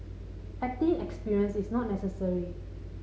acting experience is not necessary